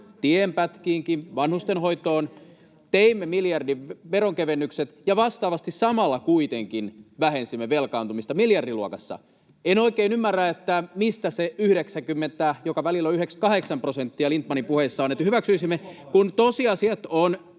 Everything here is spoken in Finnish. — Vanhustenhoitoon. — Teimme miljardin veronkevennykset, ja vastaavasti samalla kuitenkin vähensimme velkaantumista miljardiluokassa. En oikein ymmärrä, mistä on se 90 prosenttia, — joka on välillä 98 prosenttia Lindtmanin puheissa — jonka hyväksyisimme, kun tosiasiat